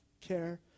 care